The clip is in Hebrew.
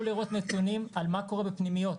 לראות נתונים על מה קורה בפנימיות